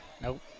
Nope